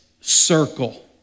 circle